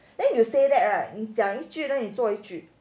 then you say that right 你讲一句 then 你做一句